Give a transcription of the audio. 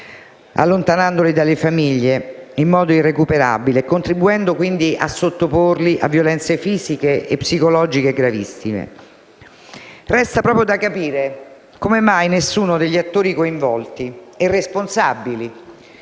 allontanandoli dalle famiglie in modo irrecuperabile e contribuendo a sottoporli a violenze fisiche e psicologiche gravissime. Resta da capire come mai nessuno degli attori coinvolti e responsabili